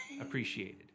appreciated